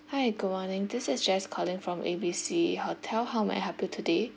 hi good morning this is jess calling from A B C hotel how may I help you today